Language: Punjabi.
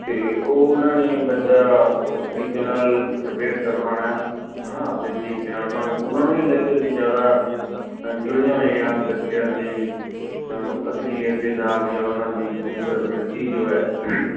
ਅਤੇ ਉਹ ਉਹਨਾਂ ਨੇ ਬੱਚਾ ਉਸ ਤਰੀਕੇ ਨਾਲ ਪਰਪੇਅਰ ਕਰਵਾਉਣਾ ਹੈ ਨਾ ਆਪਦੇ ਤਰੀਕੇ ਨਾਲ ਉਹਨਾਂ ਨੂੰ ਉਹਨਾਂ ਨੂੰ ਇਹ ਹੁੰਦਾ ਕਿ ਅਸੀਂ ਜ਼ਿਆਦਾ ਜੁੜੇ ਹੋਏ ਹਾਂ ਬੱਚਿਆਂ ਦੀ ਅਸਲੀਅਤ ਦੇ ਨਾਲ ਜਾਂ ਉਹਨਾਂ ਦੀ ਮੂਲ ਪਰਵਿਰਤੀ ਜੋ ਹੈ